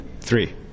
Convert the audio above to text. Three